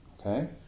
Okay